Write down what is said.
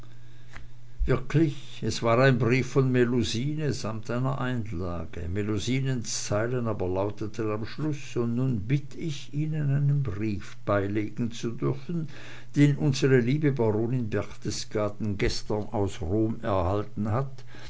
wirklich es war ein brief von melusine samt einer einlage melusinens zeilen aber lauteten am schluß und nun bitt ich ihnen einen brief beilegen zu dürfen den unsre liebe baronin berchtesgaden gestern aus rom erhalten hat